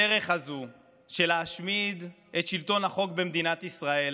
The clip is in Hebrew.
הדרך הזו של להשמיד את שלטון החוק במדינת ישראל